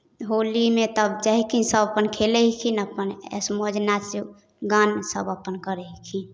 होलीमे तब जएखिन सभ अपन खेलैहेखिन अपन ऐश मौज नाच गान सभ अपन करैहेखिन